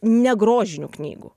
negrožinių knygų